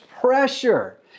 pressure